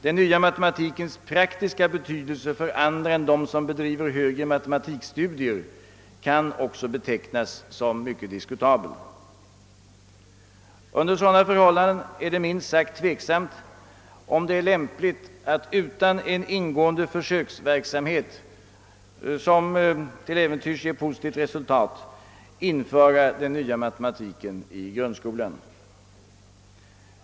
Den nya matematikens praktiska betydelse för andra än dem som bedriver högre matematikstudier kan ock Så betecknas som mycket diskutabel. Under sådana förhållanden är det minst Sagt tveksamt, om det är lämpligt att utan ingående försöksverksamhet som till äventyrs givit positivt utslag införa den sortens matematik i grundskolan.